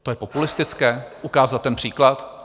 To je populistické, ukázat ten příklad?